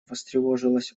встревожилась